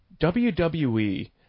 WWE